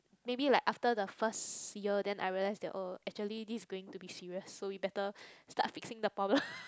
maybe like after the first year then I realize that oh actually this is going to be serious so we better start fixing the problem